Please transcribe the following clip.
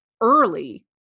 early